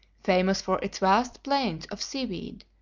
famous for its vast plains of seaweed,